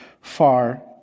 far